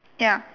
ya